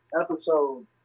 episode